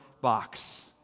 box